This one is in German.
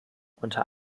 unter